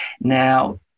Now